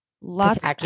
Lots